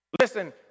Listen